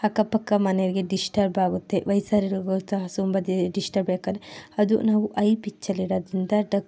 ಅಕ್ಕಪಕ್ಕ ಮನೆಗೆ ಡಿಶ್ಟರ್ಬ್ ಆಗುತ್ತೆ ಅದು ನಾವು ಐ ಪಿಚ್ಚಲ್ಲಿಡೋದ್ರಿಂದ ಡಕ್